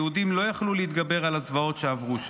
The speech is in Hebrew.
היהודים לא יכלו להתגבר על הזוועות שעברו שם.